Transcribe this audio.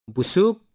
Busuk